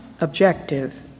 objective